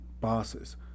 bosses